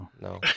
No